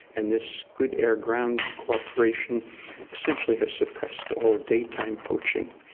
and this good air-ground co-operation essentially has suppressed all daytime poaching.